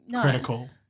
critical